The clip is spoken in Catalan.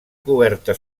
coberta